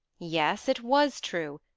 yes, it was true,